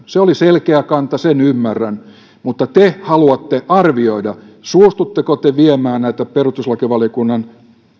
se oli selkeä kanta sen ymmärrän mutta te haluatte arvioida suostutteko te viemään näitä perustuslakivaliokunnan